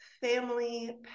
family